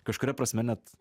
kažkuria prasme net